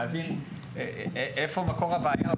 להבין איפה מקור הבעיה.